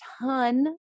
ton